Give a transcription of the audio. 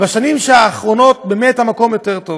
בשנים האחרונות באמת המקום יותר טוב.